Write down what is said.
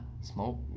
smoke